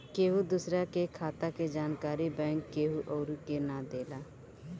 केहू दूसरा के खाता के जानकारी बैंक केहू अउरी के ना देला